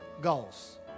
goals